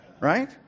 Right